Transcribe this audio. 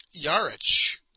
Yarich